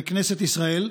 בכנסת ישראל.